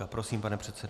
Prosím, pane předsedo.